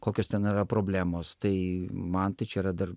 kokios ten yra problemos tai man tai čia yra dar